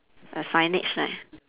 a signage right